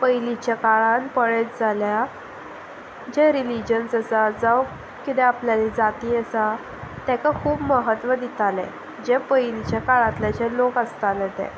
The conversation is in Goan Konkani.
पयलींच्या काळान पळयत जाल्यार जे रिलीजन्स आसा जावं कितें आपल्याली जाती आसा ताका खूब महत्व दिताले जे पयलींच्या काळांतले जे लोक आसताले ते